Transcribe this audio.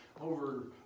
Over